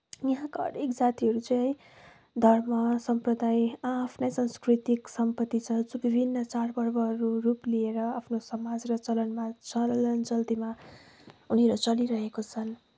यहाँका हरेक जातिहरू चाहिँ धर्म सम्प्रदाय आ आफ्नै सांस्कृतिक सम्पति छ जो विभिन्न चाडपर्वहरू रूप लिएर आफ्नो समाज र चलनमा छ चलनचल्तीमा उनीहरू चलिरहेका छन्